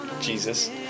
Jesus